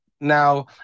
Now